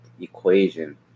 equation